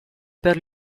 per